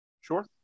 sure